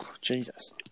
Jesus